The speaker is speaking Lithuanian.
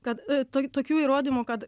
kad tok tokių įrodymų kad